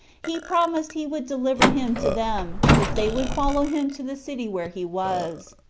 he promised he would deliver him to them, if they would follow him to the city where he was.